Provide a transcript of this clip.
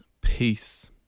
peace